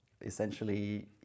essentially